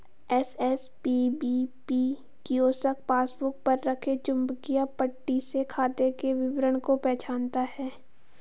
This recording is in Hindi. एस.एस.पी.बी.पी कियोस्क पासबुक पर रखे चुंबकीय पट्टी से खाते के विवरण को पहचानता है